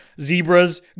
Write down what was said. zebras